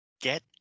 get